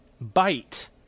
bite